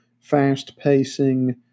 fast-pacing